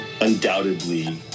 undoubtedly